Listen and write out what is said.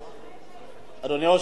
אדוני היושב-ראש,